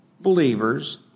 believers